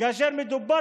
כאשר מדובר